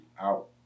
out